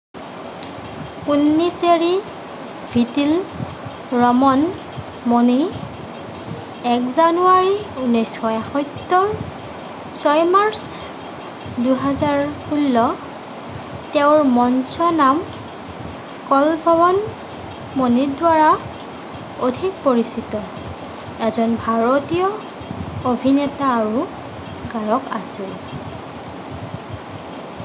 কুন্নিচেৰী ভিটিল ৰমন মণি এক জানুৱাৰী ঊনৈছশ এসত্তৰ ছয় মাৰ্চ দুই হাজাৰ ষোল্ল তেওঁৰ মঞ্চ নাম কলভৱন মণিৰ দ্বাৰা অধিক পৰিচিত এজন ভাৰতীয় অভিনেতা আৰু গায়ক আছিল